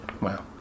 wow